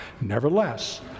Nevertheless